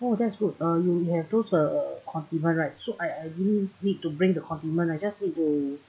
oh that's good uh you you have those uh condiments right so I I didn't need to bring the condiment I just need to